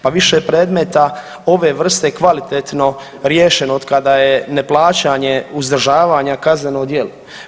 Pa više predmeta ove vrste je kvalitetno riješeno od kada je neplaćanje uzdržavanja kazneno djelo.